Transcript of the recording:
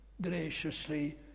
graciously